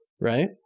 Right